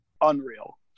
unreal